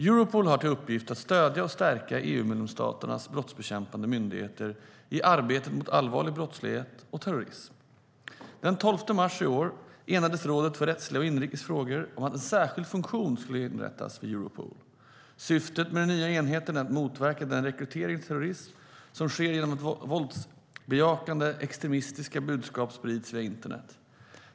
Europol har till uppgift att stödja och stärka EU-medlemsstaternas brottsbekämpande myndigheter i arbetet mot allvarlig brottslighet och terrorism. Den 12 mars i år enades rådet för rättsliga och inrikes frågor om att en särskild funktion skulle inrättas vid Europol. Syftet med den nya enheten är att motverka den rekrytering till terrorism som sker genom att våldsbejakande extremistiska budskap sprids via internet.